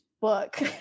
book